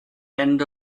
end